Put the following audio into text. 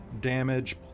damage